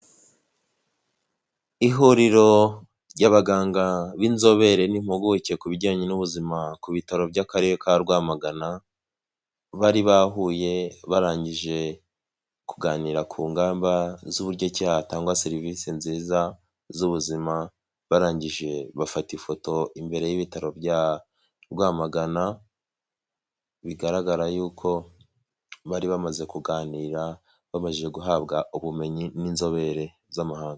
Ihuriro ry'abaganga b'inzobere n'impuguke ku bijyanye n'ubuzima ku bitaro by'akarere ka Rwamagana bari bahuye barangije kuganira ku ngamba z'uburyoki hatangwa serivisi nziza z'ubuzima barangije bafata ifoto imbere y'ibitaro bya Rwamagana bigaragara y'uko bari bamaze kuganira bakomeje guhabwa ubumenyi n'inzobere z'amahanga.